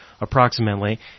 approximately